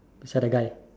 which are the guy